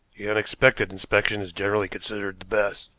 the unexpected inspection is generally considered the best.